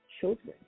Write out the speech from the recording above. Children